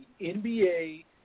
NBA